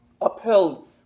upheld